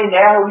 now